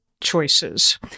choices